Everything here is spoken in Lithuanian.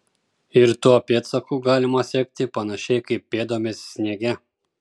ir tuo pėdsaku galima sekti panašiai kaip pėdomis sniege